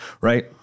right